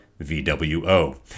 VWO